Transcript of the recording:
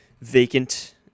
vacant